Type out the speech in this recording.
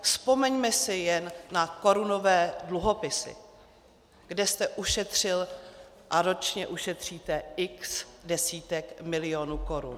Vzpomeňme si jen na korunové dluhopisy, kde jste ušetřil a ročně ušetříte x desítek milionů korun.